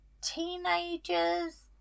teenagers